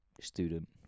student